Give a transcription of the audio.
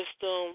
system